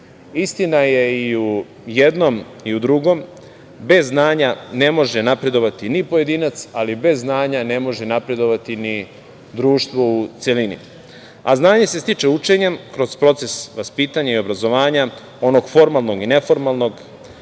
svet. Istina je i u jednom i u drugom, bez znanja ne može napredovati ni pojedinac, ali bez znanja ne može napredovati ni društvo u celini. Znanje se stiče učenjem, kroz proces vaspitanja i obrazovanja, onog formalnog i neformalnog,